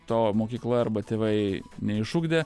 to mokykla arba tėvai neišugdė